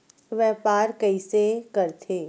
व्यापार कइसे करथे?